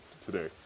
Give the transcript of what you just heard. today